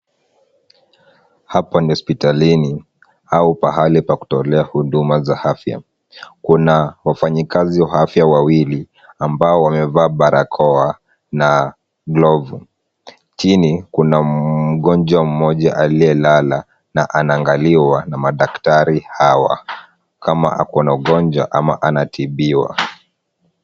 Hapa ni hospitalini au pahali pa kutolea huduma za afya. Kuna wafanyikazi wa afya wawili ambao wamevaa barakoa na glovu. Chini kuna mgonjwa mmoja aliyelala na anaangaliwa na madaktari hawa kama ako na ugonjwa ama anatibiwa.